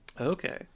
Okay